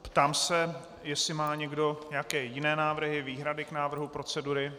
Ptám se, jestli má někdo nějaké jiné návrhy, výhrady k návrhu procedury.